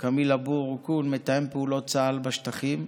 כמיל אבו רוקון, מתאם פעולות צה"ל בשטחים,